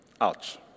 Ouch